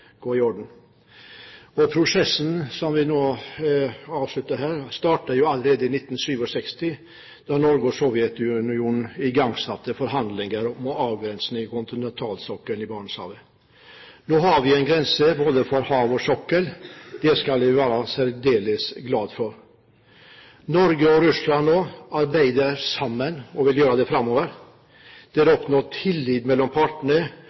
gå i orden. Prosessen som vi nå avslutter her, startet allerede i 1967, da Norge og Sovjetunionen igangsatte forhandlinger om avgrensning av kontinentalsokkelen i Barentshavet. Nå har vi en grense for både hav og sokkel. Det skal vi være særdeles glad for. Norge og Russland arbeider nå sammen og vil gjøre det framover. Det har vært tillit mellom partene